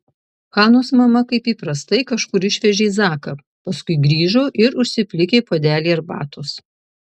hanos mama kaip įprastai kažkur išvežė zaką paskui grįžo ir užsiplikė puodelį arbatos